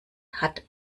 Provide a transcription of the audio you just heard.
hat